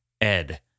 Ed